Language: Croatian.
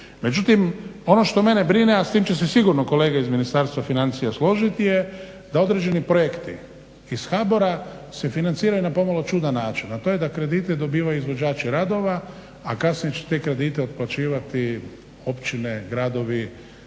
Međutim ono što mene brine, a s tim će se sigurno kolege iz Ministarstva financija složiti je da određeni projekti iz HBOR-a se financiraju na pomalo čudan način, a to je da kredite dobivaju izvođači radova, a kasnije će te kredite otplaćivati općine, gradovi,